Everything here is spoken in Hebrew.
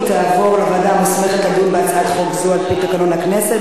היא תעבור לוועדה המוסמכת לדון בהצעת חוק זו על-פי תקנון הכנסת,